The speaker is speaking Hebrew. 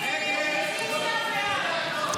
הסתייגות 4 לא